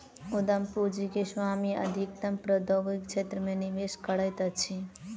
उद्यम पूंजी के स्वामी अधिकतम प्रौद्योगिकी क्षेत्र मे निवेश करैत अछि